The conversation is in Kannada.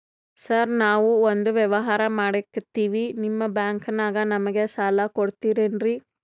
ಸಾರ್ ನಾವು ಒಂದು ವ್ಯವಹಾರ ಮಾಡಕ್ತಿವಿ ನಿಮ್ಮ ಬ್ಯಾಂಕನಾಗ ನಮಿಗೆ ಸಾಲ ಕೊಡ್ತಿರೇನ್ರಿ?